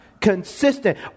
Consistent